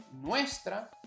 Nuestra